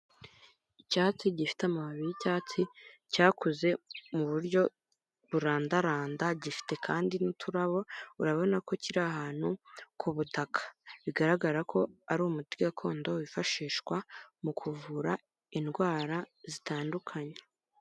Icyatsi gifite amababi y'icyatsi cyakuze mu buryo burandaranda, gifite kandi n'uturabo urabona ko kiri ahantu k'ubutaka, bigaragara ko ari umuti gakondo wifashishwa mu kuvura indwara zitandukanye.